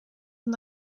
van